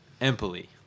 Empoli